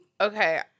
Okay